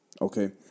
Okay